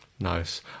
Nice